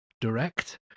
direct